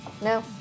No